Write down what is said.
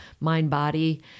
mind-body